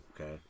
okay